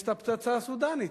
יש הפצצה הסודנית,